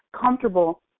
comfortable